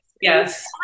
Yes